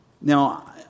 Now